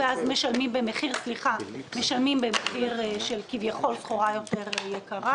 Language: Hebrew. ואז משלמים במחיר של כביכול סחורה יותר יקרה